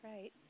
Right